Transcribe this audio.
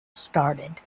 started